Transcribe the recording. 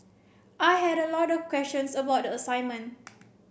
I had a lot of questions about the assignment